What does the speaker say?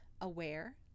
aware